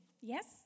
yes